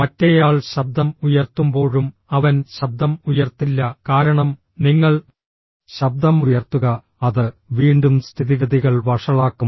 മറ്റേയാൾ ശബ്ദം ഉയർത്തുമ്പോഴും അവൻ ശബ്ദം ഉയർത്തില്ല കാരണം നിങ്ങൾ ശബ്ദം ഉയർത്തുക അത് വീണ്ടും സ്ഥിതിഗതികൾ വഷളാക്കും